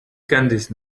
candice